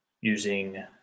using